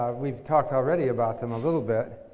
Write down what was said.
ah we've talked already about them a little bit.